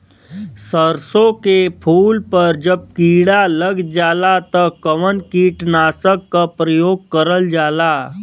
सरसो के फूल पर जब किड़ा लग जाला त कवन कीटनाशक क प्रयोग करल जाला?